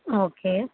okay